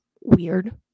weird